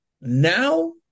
now